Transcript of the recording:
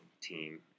team